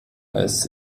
als